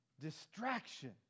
distraction